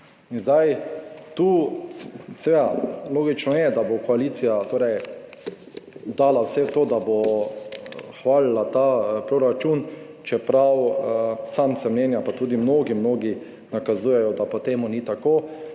zdaj je tu seveda logično, da bo koalicija dala vse v to, da bo hvalila ta proračun, čeprav sam sem mnenja, pa tudi mnogi, mnogi nakazujejo, da pa temu ni tako.